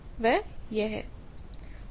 वह यह है